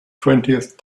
twentieth